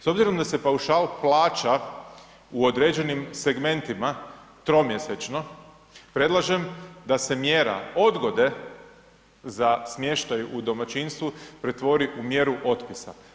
S obzirom da se paušal plaća u određenim segmentima tromjesečno, predlažem da se mjera odgode za smještaj u domaćinstvu pretvori u mjeru otpisa.